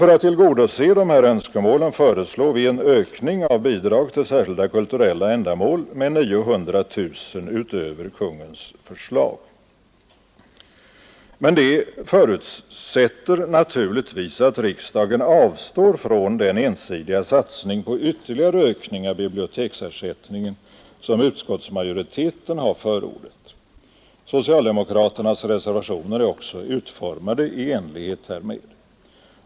För att tillgodose dessa önskemål föreslår vi en ökning av Bidrag till särskilda kulturella ändamål med 900 000 kronor utöver Kungens förslag. Men det förutsätter naturligtvis att riksdagen avstår från den ensidiga satsning på ytterligare ökning av biblioteksersättningen som utskottsmajoriteten har förordat. Socialdemokraternas reservationer är också utformade i enlighet härmed.